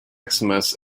xmas